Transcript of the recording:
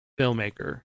filmmaker